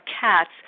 cats